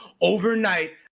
overnight